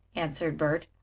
answered bert,